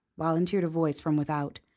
volunteered a voice from without.